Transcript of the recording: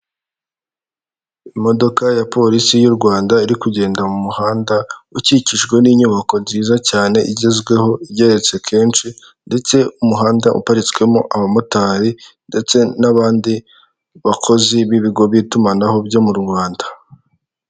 Imodoka ya polisi y'u Rwanda iri kugenda mu muhanda, ukikijwe n'inyubako nziza cyane igezweho igeretse kenshi, ndetse umuhanda uparitswemo abamotari, ndetse n'abandi bakozi b'ibigo by'itumanaho byo mu Rwanda.